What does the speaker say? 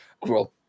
grow